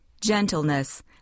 gentleness